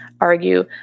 argue